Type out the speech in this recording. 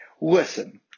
Listen